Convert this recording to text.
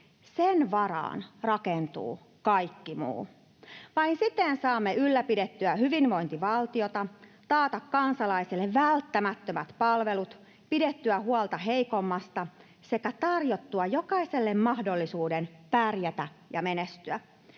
Sen varaan rakentuu kaikki muu. Vain siten saamme ylläpidettyä hyvinvointivaltiota, taattua kansalaisille välttämättömät palvelut, pidettyä huolta heikoimmista sekä tarjottua jokaiselle mahdollisuuden pärjätä ja menestyä.